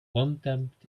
contempt